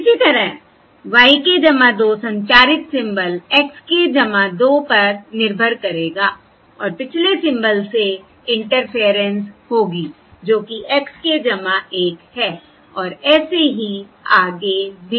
इसी तरह y k 2 संचारित सिंबल x k 2 पर निर्भर करेगा और पिछले सिंबल से इंटरफेयरेंस होगी जोकि x k 1 है और ऐसे ही आगे भी